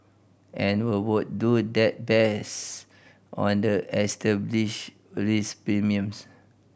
and we would do that based on the established risk premiums